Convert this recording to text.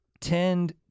tend